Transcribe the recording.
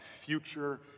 future